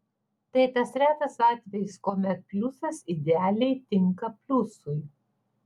tai tas retas atvejis kuomet pliusas idealiai tinka pliusui